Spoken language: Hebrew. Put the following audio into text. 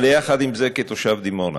אבל, יחד עם זה, כתושב דימונה,